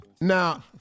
Now